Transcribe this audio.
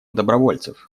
добровольцев